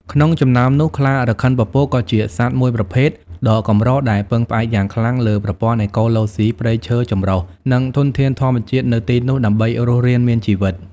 ក្នុងចំណោមនោះ ខ្លារខិនពពក ក៏ជាសត្វមួយប្រភេទដ៏កម្រដែលពឹងផ្អែកយ៉ាងខ្លាំងលើប្រព័ន្ធអេកូឡូស៊ីព្រៃឈើចម្រុះ និងធនធានធម្មជាតិនៅទីនោះដើម្បីរស់រានមានជីវិត។